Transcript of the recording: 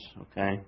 Okay